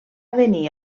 venir